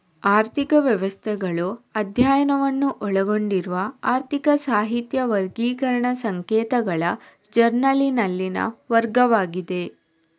ಆರ್ಥಿಕ ವ್ಯವಸ್ಥೆಗಳು ಅಧ್ಯಯನವನ್ನು ಒಳಗೊಂಡಿರುವ ಆರ್ಥಿಕ ಸಾಹಿತ್ಯ ವರ್ಗೀಕರಣ ಸಂಕೇತಗಳ ಜರ್ನಲಿನಲ್ಲಿನ ವರ್ಗವಾಗಿದೆ